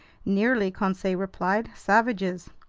nearly, conseil replied. savages.